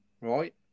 right